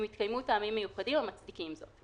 אם התקיימו טעמים מיוחדים המצדיקים זאת.